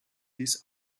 this